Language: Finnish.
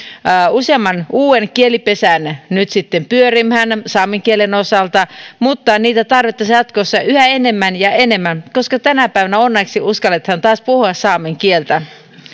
useamman uuden kielipesän nyt sitten pyörimään saamen kielen osalta mutta niitä tarvittaisiin jatkossa yhä enemmän ja enemmän koska tänä päivänä onneksi uskalletaan taas puhua saamen kieltä